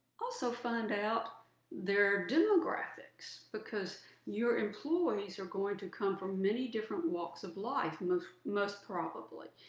also find out their demographics, because your employees are going to come from many different walks of life most most probably.